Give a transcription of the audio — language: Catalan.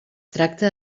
tracta